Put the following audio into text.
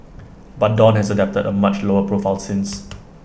but dawn has adopted A much lower profile since